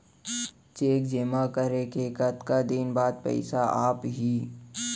Cheque जेमा करे के कतका दिन बाद पइसा आप ही?